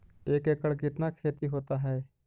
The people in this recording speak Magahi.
एक एकड़ कितना खेति होता है?